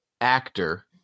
actor